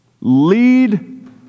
Lead